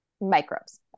microbes